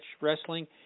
wrestling